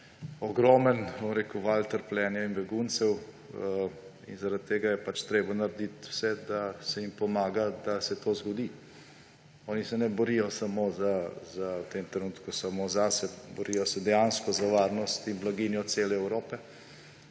ogromen val trpljenja in beguncev. Zaradi tega je pač treba narediti vse, da se jim pomaga, da se to zgodi. Oni se ne borijo v tem trenutku samo zase, borijo se dejansko za varnost in blaginjo cele Evrope.